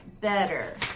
better